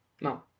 No